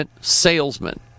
salesman